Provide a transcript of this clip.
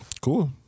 cool